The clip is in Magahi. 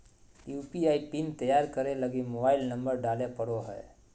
यू.पी.आई पिन तैयार करे लगी मोबाइल नंबर डाले पड़ो हय